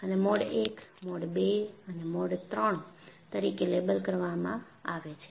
આને mode I mode II અને mode III તરીકે લેબલ કરવામાં આવે છે